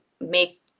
make